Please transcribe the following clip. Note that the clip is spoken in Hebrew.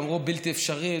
ואמרו: בלתי אפשרי,